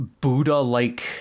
Buddha-like